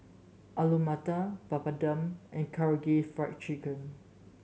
Alu Matar Papadum and Karaage Fried Chicken